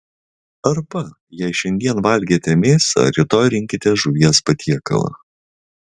arba jei šiandien valgėte mėsą rytoj rinkitės žuvies patiekalą